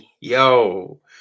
yo